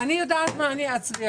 אני יודעת מה אני אצביע.